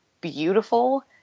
beautiful